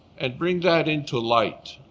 and bring that into light.